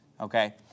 okay